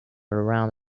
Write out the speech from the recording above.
around